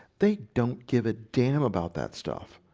they don't give a damn about that stuff.